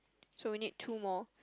so we need two more